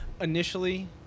initially